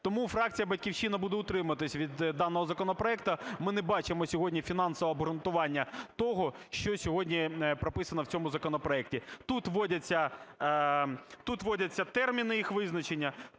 Тому фракція "Батьківщина" буде утримуватися від даного законопроекту. Ми не бачимо сьогодні фінансового обґрунтування того, що сьогодні прописано в цьому законопроекті. Тут вводяться... тут вводяться терміни, їх визначення,